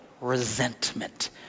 resentment